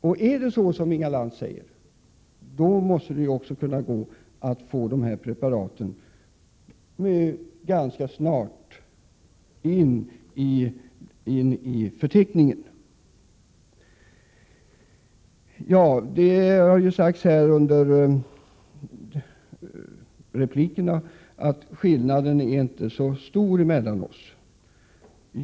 Och är det så som Inga Lantz säger måste det gå att få dessa preparat ganska snart införda i förteckningen. Det har sagts i replikerna att skillnaden mellan våra uppfattningar inte är så stor.